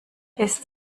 ist